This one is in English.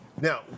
now